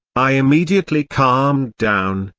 i immediately calmed down,